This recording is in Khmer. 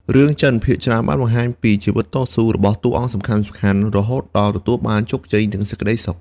រឿងចិនភាគច្រើនបានបង្ហាញពីជីវិតតស៊ូរបស់តួអង្គសំខាន់ៗរហូតដល់ទទួលបានជោគជ័យនិងសេចក្ដីសុខ។